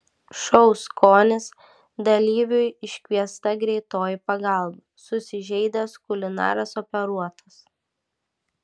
šou skonis dalyviui iškviesta greitoji pagalba susižeidęs kulinaras operuotas